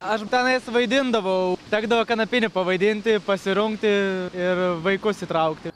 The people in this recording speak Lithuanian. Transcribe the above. aš tenais vaidindavau tekdavo kanapinį pavaidinti pasirungti ir vaikus įtraukti